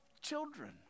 children